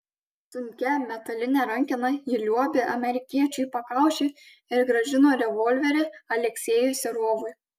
sunkia metaline rankena ji liuobė amerikiečiui į pakaušį ir grąžino revolverį aleksejui serovui